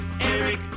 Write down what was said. Eric